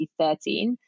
2013